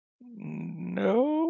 No